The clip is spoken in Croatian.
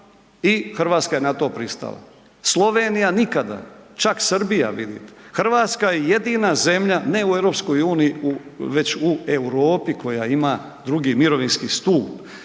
i Hrvatska je na to pristala. Slovenija nikada, čak Srbija, vidite. Hrvatska je jedina zemlja, ne u EU, već u Europi koja ima II. mirovinski stup.